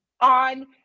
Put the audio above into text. on